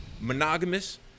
monogamous